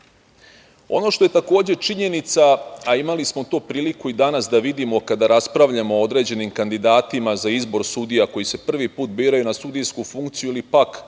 što je takođe činjenica, a imali smo to priliku i danas da vidimo kada raspravljamo o određenim kandidatima za izbor sudija koji se prvi put biraju na sudijsku funkciju ili pak